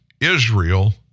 Israel